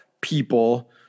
people